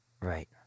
right